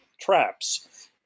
traps